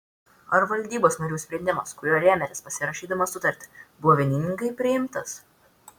ar valdybos narių sprendimas kuriuo rėmėtės pasirašydamas sutartį buvo vieningai priimtas